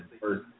first